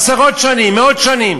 עשרות שנים, מאות שנים.